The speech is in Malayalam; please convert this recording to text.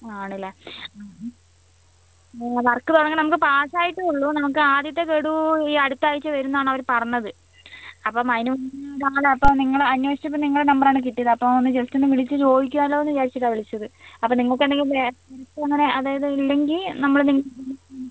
ആണല്ലേ വർക്ക് തുടങ്ങാൻ നമുക്ക് പാസ് ആയിട്ടേ ഉള്ളൂ നമുക്ക് ആദ്യത്ത ഗഡു ഈ അടുത്ത ആഴ്ച വരും എന്നാണ് പറഞ്ഞത് അപ്പോൾ അതിന് മുന്നേ ഒരു ആൾ അപ്പം നിങ്ങൾ അന്വേഷിച്ചപ്പോൾ നിങ്ങള നമ്പർ ആണ് കിട്ടിയത് അപ്പോൾ ജസ്റ്റ് ഒന്ന് വിളിച്ച് ചോദിക്കാമല്ലോ എന്ന് വിചാരിച്ചിട്ടാണ് വിളിച്ചത് അപ്പോൾ നിങ്ങൾക്ക് എന്തെങ്കിലും അതായത് ഇല്ലെങ്കിൽ നമ്മൾ നിങ്ങൾക്ക്